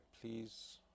please